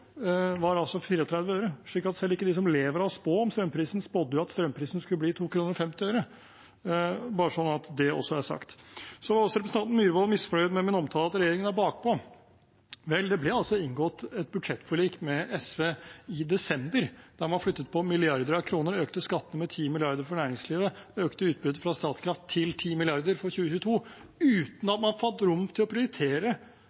var altså 34 øre, så selv ikke de som lever av å spå om strømprisen, spådde at den skulle bli 2,50 kr – bare så det også er sagt. Representanten Myhrvold var også misfornøyd med min omtale av regjeringen som «bakpå». Vel, det ble altså inngått et budsjettforlik med SV i desember, der man flyttet på milliarder av kroner, økte skattene med 10 mrd. kr for næringslivet og økte utbyttet fra Statkraft til 10 mrd. kr for 2022, uten